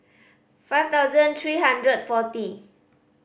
five thousand three hundred forty